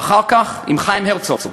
ואחר כך עם חיים הרצוג,